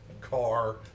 car